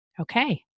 Okay